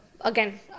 again